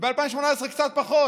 וב-2018 קצת פחות.